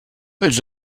elles